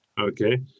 Okay